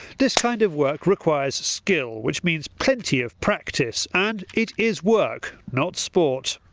this kind of work requires skill, which means plenty of practice, and it is work not sport.